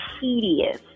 tedious